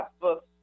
books